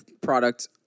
product